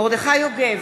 מרדכי יוגב,